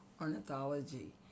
Ornithology